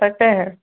তাকেহে